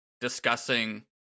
discussing